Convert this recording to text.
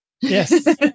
Yes